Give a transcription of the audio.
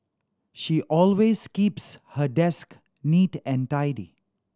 she always keeps her desk neat and tidy